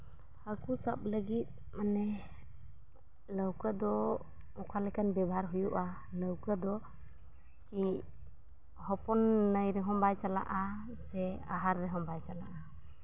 ᱦᱟᱹᱠᱩ ᱥᱟᱵ ᱞᱟᱹᱜᱤᱫ ᱢᱟᱱᱮ ᱞᱟᱹᱣᱠᱟᱹ ᱫᱚ ᱚᱠᱟ ᱞᱮᱠᱟᱱ ᱵᱮᱵᱚᱦᱟᱨ ᱦᱩᱭᱩᱜᱼᱟ ᱞᱟᱹᱣᱠᱟᱹ ᱫᱚ ᱠᱤ ᱦᱚᱯᱚᱱ ᱱᱟᱹᱭ ᱨᱮᱦᱚᱸ ᱵᱟᱭ ᱪᱟᱞᱟᱜᱼᱟ ᱥᱮ ᱟᱦᱟᱨ ᱨᱮᱦᱚᱸ ᱵᱟᱭ ᱪᱟᱞᱟᱜᱼᱟ